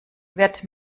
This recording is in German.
wird